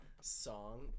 song